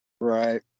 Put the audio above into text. Right